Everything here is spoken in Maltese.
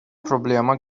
problema